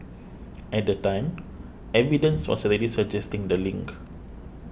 at the time evidence was already suggesting the link